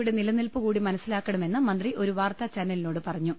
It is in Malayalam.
യുടെ നില നിൽപ്പ് കൂടി മനസ്സിലാക്കണമെന്ന് മന്ത്രി ഒരു വാർത്താചാനലിനോട് പറ ഞ്ഞു